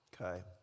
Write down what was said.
Okay